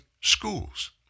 schools